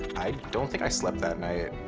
i don't think i slept that night.